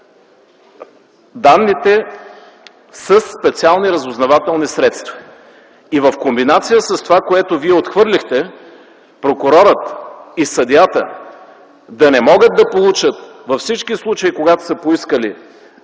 данните със специални разузнавателни средства. И в комбинация с това, което вие отхвърлихте, прокурорът и съдията да не могат да получат във всички случаи, когато са поискали